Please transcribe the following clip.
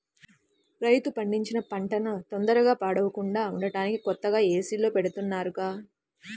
రైతు పండించిన పంటన తొందరగా పాడవకుండా ఉంటానికి కొత్తగా ఏసీల్లో బెడతన్నారుగా